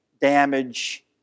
damage